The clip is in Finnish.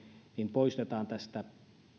poistetaan tästä